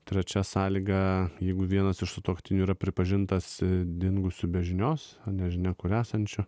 trečia sąlyga jeigu vienas iš sutuoktinių yra pripažintas dingusiu be žinios nežinia kur esančiu